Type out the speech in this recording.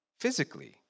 physically